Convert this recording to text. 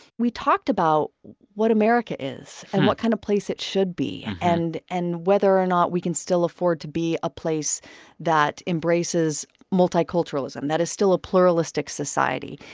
we talked about what america is and what kind of place it should be and and whether or not we can still afford to be a place that embraces multiculturalism, that is still a pluralistic society.